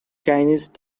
chinese